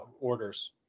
orders